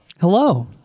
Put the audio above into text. Hello